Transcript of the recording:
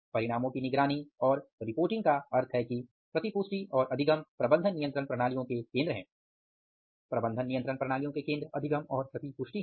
परिणामों की निगरानी और रिपोर्टिंग का अर्थ है कि प्रतिपुष्टि और अधिगम प्रबंधन नियंत्रण प्रणालियों के केंद्र है